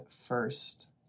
first